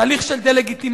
תהליך של דה-לגיטימציה.